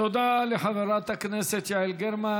תודה לחברת הכנסת יעל גרמן.